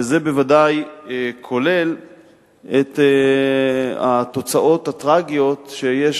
וזה ודאי כולל את התוצאות הטרגיות שיש